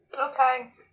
Okay